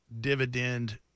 dividend